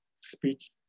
speech